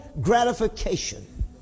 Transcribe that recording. gratification